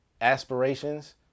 aspirations